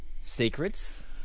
secrets